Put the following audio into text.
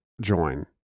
join